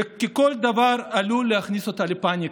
כי כל דבר עלול להכניס אותה לפניקה.